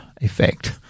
effect